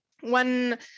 One